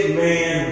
man